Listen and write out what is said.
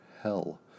Hell